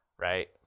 Right